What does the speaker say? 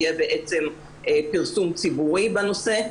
שיהיה בעצם פרסום ציבורי בנושא,